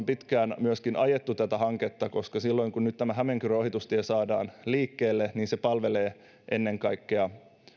pitkään myöskin ajaneet tätä hanketta koska silloin kun tämä hämeenkyrön ohitustie saadaan liikkeelle niin se palvelee ennen kaikkea